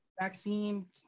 vaccine